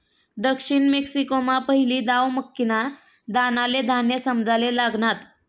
दक्षिण मेक्सिकोमा पहिली दाव मक्कीना दानाले धान्य समजाले लागनात